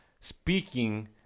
speaking